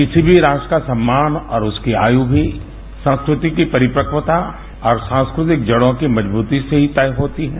किसी भी राष्ट्र का सम्मान और उसकी आयु भी संस्कृति की परिपक्वता और सांस्कातक जड़ों की मजबूती से ही तय होती है